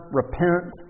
repent